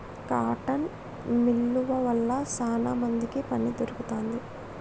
cotton మిల్లువ వల్ల శానా మందికి పని దొరుకుతాంది